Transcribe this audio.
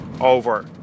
over